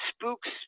spooks